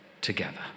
together